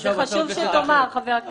עכשיו --- זה חשוב שתאמר חבר הכנסת מרגי.